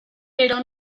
pero